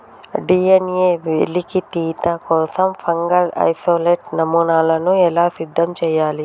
DNA వెలికితీత కోసం fungal isolate నమూనాను ఎలా సిద్ధం చెయ్యాలి?